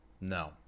No